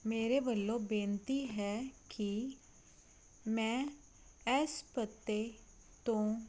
ਮੇਰੇ ਵੱਲੋਂ ਬੇਨਤੀ ਹੈ ਕਿ ਮੈਂ ਇਸ ਪਤੇ ਤੋਂ